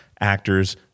actors